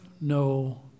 no